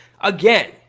Again